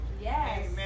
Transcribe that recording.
Yes